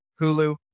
Hulu